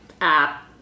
app